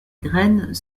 graines